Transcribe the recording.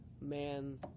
Man